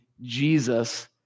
Jesus